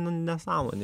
nu nesąmonė